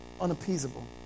Unappeasable